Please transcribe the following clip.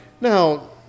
Now